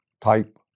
type